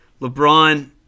LeBron